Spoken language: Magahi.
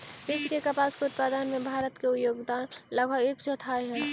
विश्व के कपास उत्पादन में भारत के योगदान लगभग एक चौथाई हइ